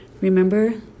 remember